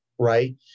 right